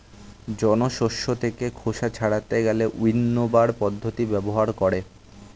জন শস্য থেকে খোসা ছাড়াতে গেলে উইন্নবার পদ্ধতি ব্যবহার করে